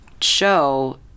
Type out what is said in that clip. show